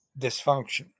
dysfunction